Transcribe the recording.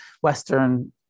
Western